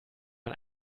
man